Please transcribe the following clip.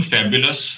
Fabulous